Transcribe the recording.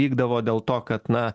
vykdavo dėl to kad na